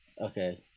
Okay